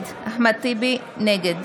טיבי, נגד